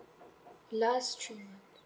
last three